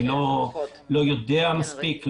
אני לא יודע מספיק,